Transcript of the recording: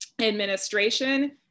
administration